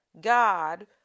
God